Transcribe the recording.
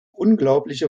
unglaublich